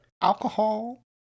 alcohol